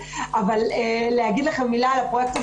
אבל להגיד לכם מילה על הפרויקט הזה